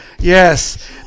yes